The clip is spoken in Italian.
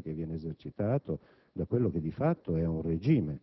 che viene esercitata da quello che di fatto è un regime.